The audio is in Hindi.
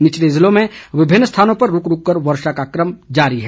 निचले ज़िलों में विभिन्न स्थानों पर रूक रूक कर वर्षा का क्रम जारी है